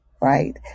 right